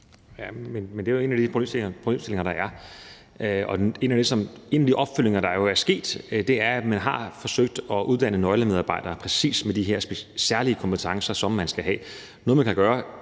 det er jo en af de problemstillinger, der er. En af de opfølgninger, der er sket, er, at man har forsøgt at uddanne nøglemedarbejdere med præcis de her særlige kompetencer, som man skal have.